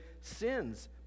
sins